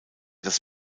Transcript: das